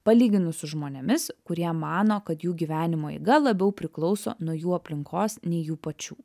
palyginus su žmonėmis kurie mano kad jų gyvenimo eiga labiau priklauso nuo jų aplinkos nei jų pačių